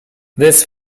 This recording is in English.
this